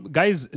Guys